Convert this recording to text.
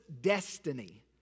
destiny